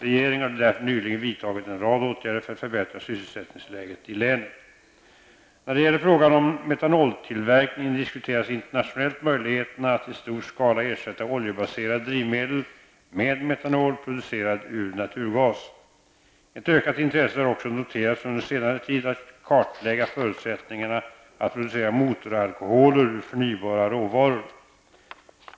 Regeringen har därför nyligen vidtagit en rad åtgärder för att förbättra sysselsättningsläget i länet. När det gäller frågan om metanoltillverkning diskuteras internationellt möjligheterna att i stor skala ersätta oljebaserade drivmedel med metanol producerad ur naturgas. Ett ökat intresse har också noterats under senare tid att kartlägga förutsättningarna att producera motoralkoholer ur förnybara råvaror.